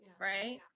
right